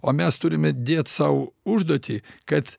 o mes turime dėt sau užduotį kad